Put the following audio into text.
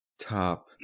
top